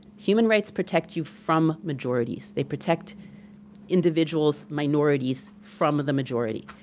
human rights protect you from majorities. they protect individuals, minorities, from the majority.